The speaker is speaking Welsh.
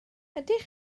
ydych